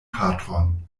patron